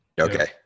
okay